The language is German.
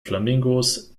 flamingos